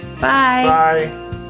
bye